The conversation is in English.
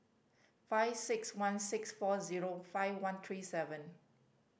five six one six four zero five one three seven